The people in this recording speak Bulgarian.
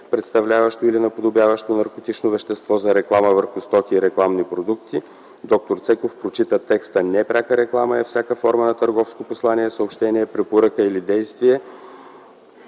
представляващо или наподобяващо наркотично вещество, за реклама върху стоки и рекламни продукти”, д-р Цеков прочита текста „непряка реклама е всяка форма на търговско послание, съобщение, препоръка или действие,